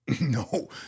No